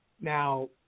Now